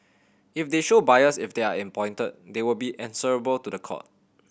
if they show bias if they are appointed they will be answerable to the court